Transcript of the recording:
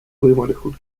võimalikult